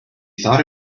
thought